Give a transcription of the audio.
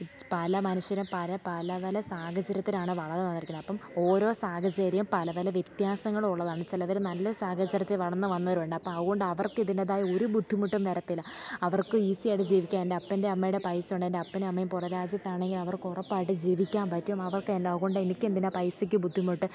പല മനുഷ്യരും പല പല പല സാഹചര്യത്തിലാണ് വളർന്നു വന്നിരിക്കുന്ന അപ്പം ഓരോ സാഹചര്യം പല പല വ്യത്യാസങ്ങളുള്ളതാണ് ചിലവർ നല്ല സാഹചര്യത്തിൽ വളർന്നു വന്നവരുണ്ട് അപ്പം അതുകൊണ്ടവർക്കിതിൻ്റേതായ ഒരു ബുദ്ധിമുട്ടും വരത്തില്ല അവർക്ക് ഈസി ആയിട്ട് ജീവിക്കാൻ എൻ്റെ അപ്പൻ്റെയും അമ്മയുടെയും പൈസ ഉണ്ട് എൻ്റെ അപ്പനും അമ്മയും പുറം രാജ്യത്താണെങ്കിൽ അവർക്കുറപ്പായിട്ടും ജീവിക്കാൻ പറ്റും അവർക്ക് ജോബുണ്ടെങ്കിൽ എനിക്കെന്തിനാണ് പൈസക്ക് ബുദ്ധിമുട്ട്